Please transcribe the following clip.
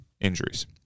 injuries